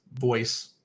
voice